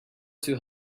too